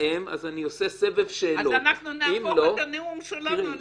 אני עושה סבב שאלות -- אז אנחנו נהפוך את הנאום שלנו ל...